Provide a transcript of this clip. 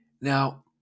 Now